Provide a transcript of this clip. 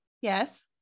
Yes